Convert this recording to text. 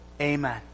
Amen